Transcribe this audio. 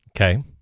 Okay